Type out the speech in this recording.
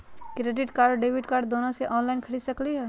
Credit card और debit card दोनों से ऑनलाइन खरीद सकली ह?